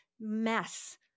mess